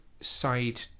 side